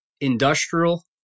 industrial